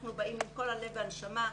אנחנו באים עם כל הלב והנשמה.